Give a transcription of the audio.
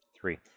Three